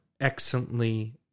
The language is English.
excellently